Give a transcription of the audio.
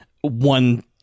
one